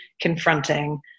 confronting